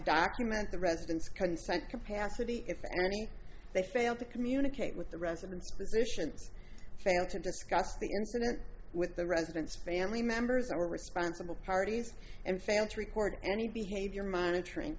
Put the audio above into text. document the residents concerned capacity if they failed to communicate with the resident musicians fail to discuss the incident with the residents family members were responsible parties and failed to report any behavior monitoring